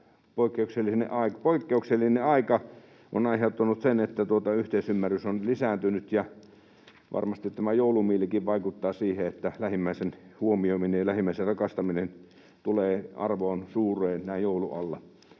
poikkeuksellinen aika on aiheuttanut sen, että yhteisymmärrys on lisääntynyt, ja varmasti tämä joulumielikin vaikuttaa siihen, että lähimmäisen huomioiminen ja lähimmäisen rakastaminen tulevat arvoon suureen näin joulun alla,